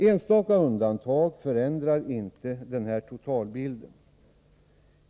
Enstaka undantag förändrar inte den totalbilden.